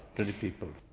twenty people.